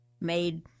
made